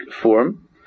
form